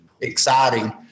exciting